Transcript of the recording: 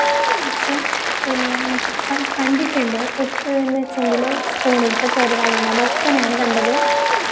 പക്ഷെ കണ്ടിട്ടുണ്ട് എപ്പോഴെന്ന് വച്ചെങ്കിൽ സ്കൂളിലത്തെ പെരിപാടീടാമ്പൊ ഒപ്പനയാണ് കണ്ടത്